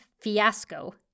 fiasco